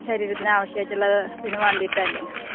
ശരീരത്തിന് ആവശ്യമായിട്ടുള്ളതിന് വേണ്ടിയിട്ടല്ലേ